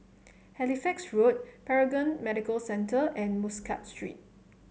Halifax Road Paragon Medical Centre and Muscat Street